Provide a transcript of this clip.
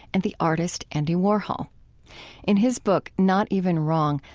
and the artist andy warhol in his book not even wrong,